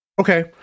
Okay